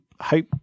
hope